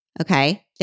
Okay